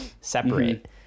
separate